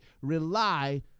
rely